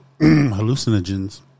hallucinogens